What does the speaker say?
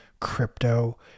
crypto